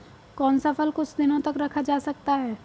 कौन सा फल कुछ दिनों तक रखा जा सकता है?